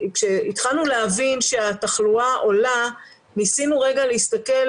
כשהתחלנו להבין שהתחלואה עולה, ניסינו להסתכל